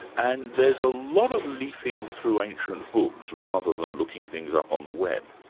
and there's a lot of leafing through ancient books, rather than looking things up on the web.